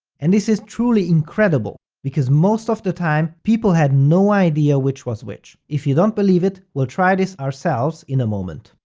and this is truly incredible, because most of the time, people had no idea which was which if you don't believe it, we'll try this ourselves in a moment.